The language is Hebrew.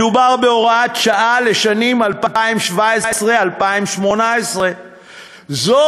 מדובר בהוראת שעה לשנים 2017 2018. זו